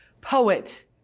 Poet